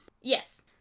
Yes